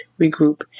regroup